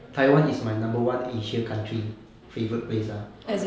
taiwan is my number one asia country favourite place ah